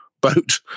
boat